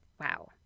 Wow